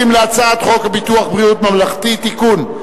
להצעת חוק ביטוח בריאות ממלכתי (תיקון,